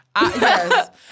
Yes